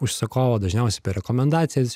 užsakovo dažniausiai per rekomendacijas